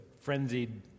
frenzied